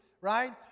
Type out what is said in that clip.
right